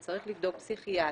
שצריך לבדוק פסיכיאטר,